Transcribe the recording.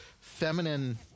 feminine